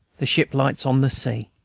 the ship-lights on the sea.